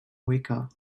weaker